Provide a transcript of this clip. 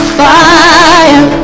fire